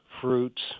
fruits